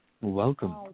Welcome